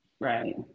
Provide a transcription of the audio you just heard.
Right